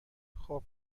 خوب